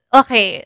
okay